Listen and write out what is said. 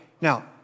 now